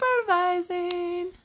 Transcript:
Supervising